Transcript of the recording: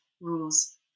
rules